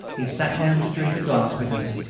he sat down to drink a glass with us,